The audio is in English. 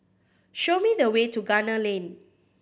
show me the way to Gunner Lane